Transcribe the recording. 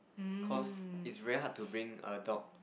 cause it's very hard to bring a dog